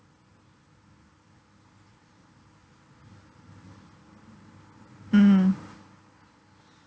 mm